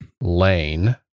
Lane